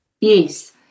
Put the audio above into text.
yes